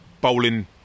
bowling